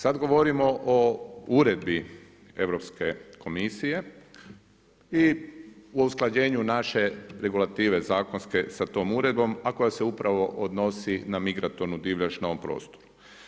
Sad govorimo o Uredbi Europske komisije i o usklađenju naše regulative zakonske sa tom uredbom, a koja se upravo odnosi na migratornu divljač na ovom prostoru.